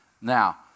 Now